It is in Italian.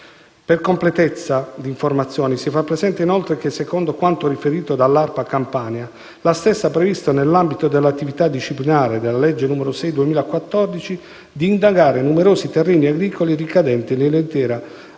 Per completezza di informazione si fa presente inoltre che, secondo quanto riferito dall'ARPA Campania, la stessa ha previsto, nell'ambito delle attività disciplinate dalla legge n. 6 del 2014, di indagare numerosi terreni agricoli ricadenti nell'intera